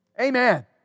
Amen